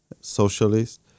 socialist